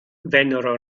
vennero